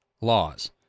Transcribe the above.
laws